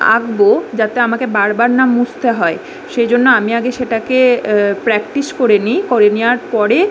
আঁকব যাতে আমাকে বার বার না মুছতে হয় সেই জন্য আমি আগে সেটাকে প্র্যাকটিস করে নিই করে নেওয়ার পরে